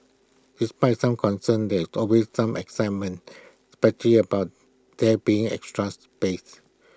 despite some concerns that there was also some excitement especially about there being extra space